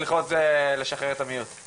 לפי ההתרשמות שלי, ולפי הכתבה שאני עשיתי,